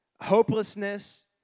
hopelessness